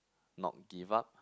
not give up